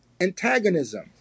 antagonism